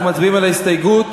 אנחנו מצביעים על ההסתייגות.